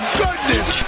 goodness